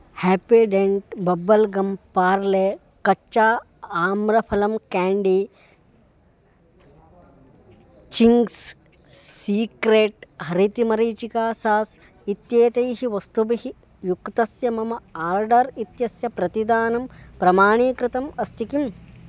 Happydent bubble gum Parle कच्चा आम्रफलं candy Ching's secret हरितमरीचिका सास् इत्येतैः वस्तुभिः युक्तस्य मम आर्डर् इत्यस्य प्रतिदानं प्रमाणीकृतम् अस्ति किम्